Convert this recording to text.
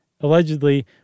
allegedly